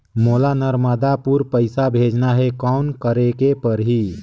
मोला नर्मदापुर पइसा भेजना हैं, कौन करेके परही?